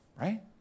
right